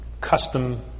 custom